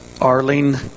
Arlene